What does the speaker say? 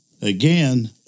again